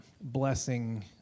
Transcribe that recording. blessing